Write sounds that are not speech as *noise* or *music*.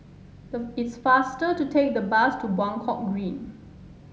*unintelligible* it's faster to take the bus to Buangkok Green